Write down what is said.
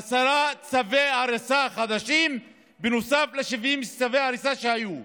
עשרה צווי הריסה חדשים נוסף ל-70 צווי הריסה שהיו.